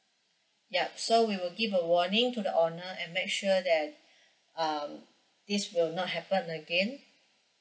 yup so we will give a warning to the owner and make sure that um this will not happen again